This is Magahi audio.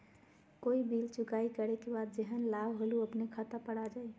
कोई बिल चुकाई करे के बाद जेहन लाभ होल उ अपने खाता पर आ जाई?